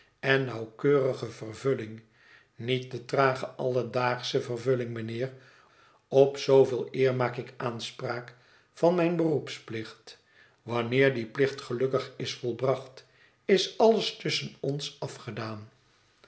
en nauwkeurige vervulling niet de trage alledaagsche vervulling mijnheer op zoovel eer maak ik aanspraak van mijn beroepsplicht wanneer die plicht gelukkig is volbracht is alles tusschen ons afgedaan